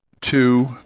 two